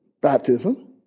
baptism